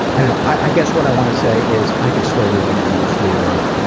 i don't know. i guess what i wanna say is i could still really use your,